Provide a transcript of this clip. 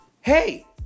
Hey